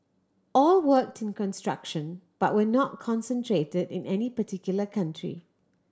all worked in construction but were not concentrated in any particular country